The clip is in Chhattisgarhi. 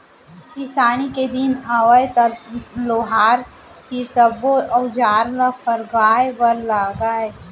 किसानी के दिन आवय त लोहार तीर सब्बो अउजार ल फरगाय बर लागय